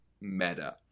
meta